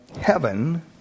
heaven